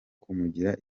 kumugira